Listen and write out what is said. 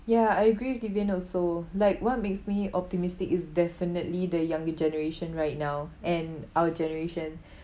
ya I agree with devin also like what makes me optimistic is definitely the younger generation right now and our generation